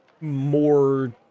more